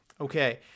Okay